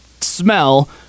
smell